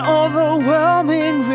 overwhelming